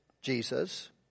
Jesus